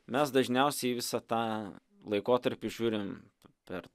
mes dažniausiai į visą tą laikotarpį žiūrim per